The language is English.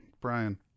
brian